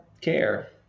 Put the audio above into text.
care